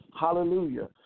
Hallelujah